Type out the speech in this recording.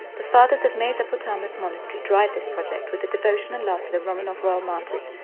the fathers of mesa potamos monastery drive this project with the devotion and love for the romanov royal martyrs,